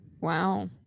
Wow